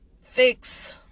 fix